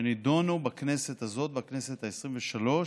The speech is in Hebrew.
שנדונו בכנסת הזו, בכנסת העשרים-ושלוש,